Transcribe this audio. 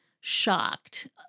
shocked